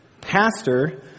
pastor